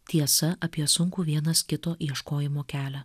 tiesa apie sunkų vienas kito ieškojimo kelią